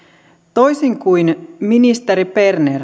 toisin kuin ministeri berner